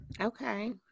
Okay